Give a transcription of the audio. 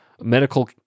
medical